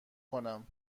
کنم